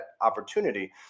opportunity